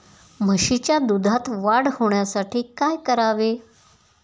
म्हशीच्या दुधात वाढ होण्यासाठी काय करावे?